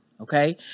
Okay